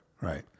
Right